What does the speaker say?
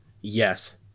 Yes